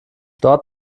dort